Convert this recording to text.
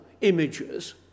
images